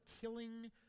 killing